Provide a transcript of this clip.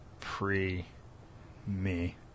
pre-me